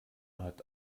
hat